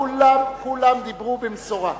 כולם דיברו במשורה.